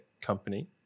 company